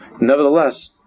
Nevertheless